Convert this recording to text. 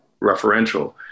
referential